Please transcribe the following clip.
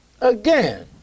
Again